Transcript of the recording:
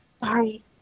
sorry